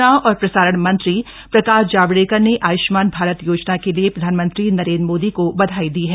सूचना और प्रसारण मंत्री प्रकाश जावडेकर ने आय्ष्मान भारत योजना के लिए प्रधानमंत्री नरेन्द्र मोदी को बधाई दी है